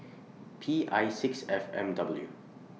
P I six F M W